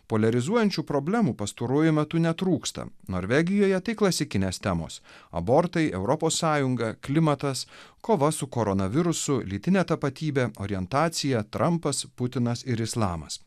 poliarizuojančių problemų pastaruoju metu netrūksta norvegijoje tai klasikinės temos abortai europos sąjunga klimatas kova su koronavirusu lytinė tapatybė orientacija trampas putinas ir islamas